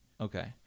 Okay